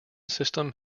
system